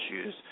issues